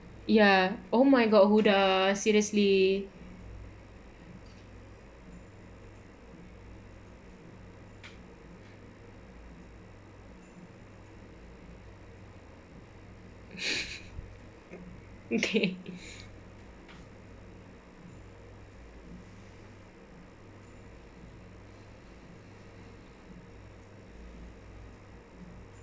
ya oh my god huda seriously okay